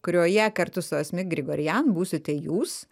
kurioje kartu su asmik grigorian būsite jūs